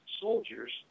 soldiers